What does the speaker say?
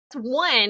one